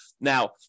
Now